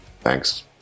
Thanks